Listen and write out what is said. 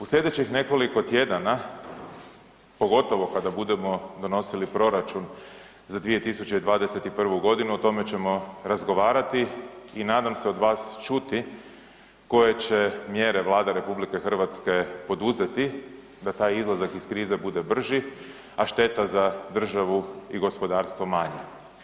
U slijedećih nekoliko tjedana, pogotovo kada budemo donosili proračun za 2021. godinu o tome ćemo razgovarati i nadam se od vas čuti koje će mjere Vlada RH poduzeti da taj izlazak iz krize bude brži, a šteta za državu i gospodarstvo manja.